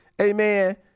amen